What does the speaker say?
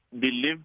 believe